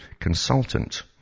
consultant